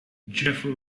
jeffery